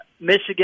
Michigan